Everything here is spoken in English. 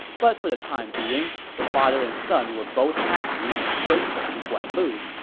but for the time being, the father and son were both happy and grateful to guan lu.